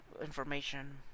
information